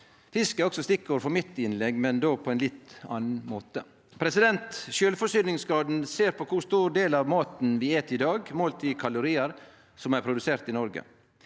Fisk er også stikkord for mitt innlegg, men då på ein litt annan måte. Sjølvforsyningsgraden ser på kor stor del av maten vi et i dag, målt i kaloriar, som er produsert i Noreg.